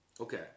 Okay